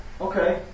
Okay